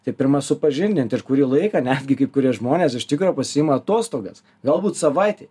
tai pirma supažindint ir kurį laiką netgi kai kurie žmonės iš tikro pasiima atostogas galbūt savaitei